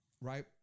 right